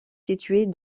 située